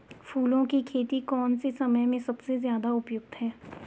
फूलों की खेती कौन से समय में सबसे ज़्यादा उपयुक्त है?